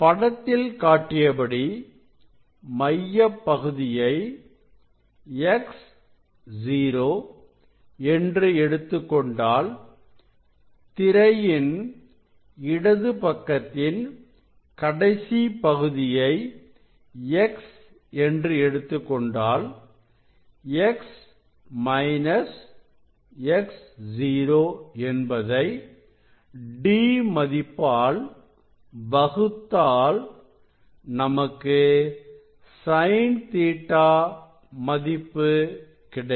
படத்தில் காட்டியபடி மையப்பகுதியை X0 என்று எடுத்துக் கொண்டால் திரையின் இடது பக்கத்தின் கடைசி பகுதியை X என்று எடுத்துக் கொண்டால் X X0 என்பதை D மதிப்பால் வகுத்தால் நமக்கு SinƟ மதிப்பு கிடைக்கும்